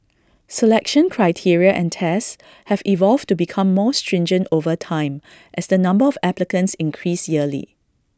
selection criteria and tests have evolved to become more stringent over time as the number of applicants increase yearly